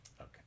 Okay